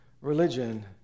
religion